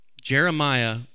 Jeremiah